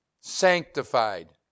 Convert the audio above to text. sanctified